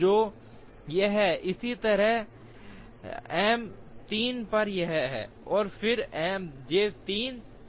इसी तरह एम 3 पर यह है फिर से J 1 J 2 और J 3 तो M 3 पर यह पहले J 1 है फिर यह J 2 है और फिर यह J 3 है इसलिए क्रम होगा और फिर J 3